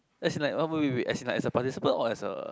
as in like oh wait wait wait as in like as a participant or as a